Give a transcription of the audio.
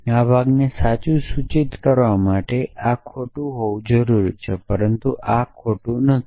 આ ભાગને સાચું સૂચિત કરવા માટે આ ખોટું હોવું જરૂરી છે પરંતુ આ ખોટું નથી